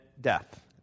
death